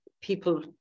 people